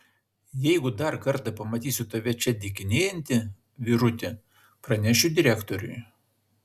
jeigu dar kartą pamatysiu tave čia dykinėjantį vyruti pranešiu direktoriui